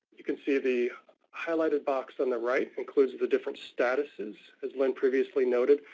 you can see the highlighted box in the right includes the different statuses. as when previously noted,